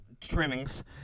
Trimmings